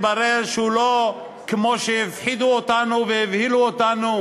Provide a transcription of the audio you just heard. התברר שהוא לא כמו שהפחידו אותנו והבהילו אותנו,